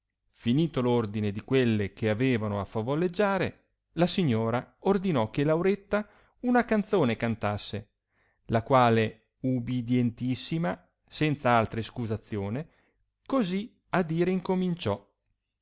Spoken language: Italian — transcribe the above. finito l'ordine di quelle che avevano a favoleggiare la signora ordinò che lauretta una canzone cantasse la quale ubidientissima senza altra iscusazione cosi a dire incominciò